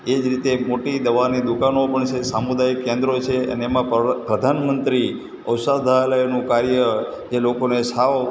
એ જ રીતે મોટી દવાની દુકાનો પણ છે સામુદાયિક કેન્દ્રો છે અને એમાં પ્ર પ્રધાનમંત્રી ઔષાધાલયનું કાર્ય જે લોકોને સાવ